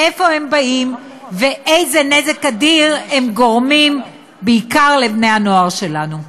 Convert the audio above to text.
מאיפה הם באים ואיזה נזק אדיר הם גורמים בעיקר לבני-הנוער שלנו.